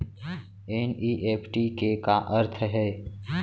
NEFT के का अर्थ है?